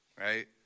right